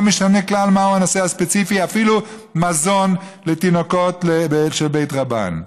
ולא משנה כלל מהו הנושא הספציפי; אפילו מזון לתינוקות של בית רבן.